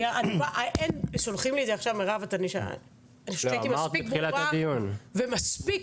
אני חושבת שהייתי מספיק ברורה ומספיק